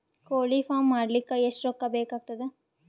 ಕೋಳಿ ಫಾರ್ಮ್ ಮಾಡಲಿಕ್ಕ ಎಷ್ಟು ರೊಕ್ಕಾ ಬೇಕಾಗತದ?